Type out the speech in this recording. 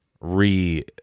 re